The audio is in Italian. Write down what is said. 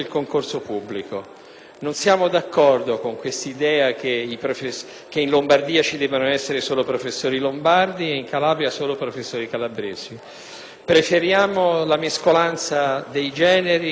Non siamo d'accordo con l'idea che in Lombardia ci debbano essere solo professori lombardi e in Calabria solo professori calabresi. Preferiamo la mescolanza dei generi e delle culture.